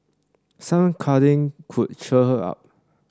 some cuddling could cheer her up